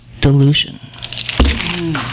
delusion